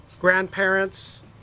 grandparents